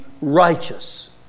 righteous